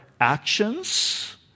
actions